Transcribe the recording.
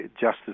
justice